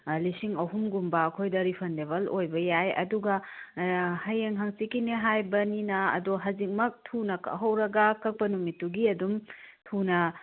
ꯂꯤꯁꯤꯡ ꯑꯍꯨꯝꯒꯨꯝꯕ ꯑꯩꯈꯣꯏꯗ ꯔꯤꯐꯟꯗꯦꯕꯜ ꯑꯣꯏꯕ ꯌꯥꯏ ꯑꯗꯨꯒ ꯍꯌꯦꯡ ꯍꯪꯆꯤꯠꯀꯤꯅꯦ ꯍꯥꯏꯕꯅꯤꯅ ꯑꯗꯣ ꯍꯧꯖꯤꯛꯃꯛ ꯊꯨꯅ ꯀꯛꯍꯧꯔꯒ ꯀꯛꯄ ꯅꯨꯃꯤꯠꯇꯨꯒꯤ ꯑꯗꯨꯝ ꯊꯨꯅ